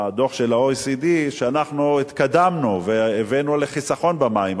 בדוח של ה-OECD שאנחנו התקדמנו והבאנו לחיסכון במים,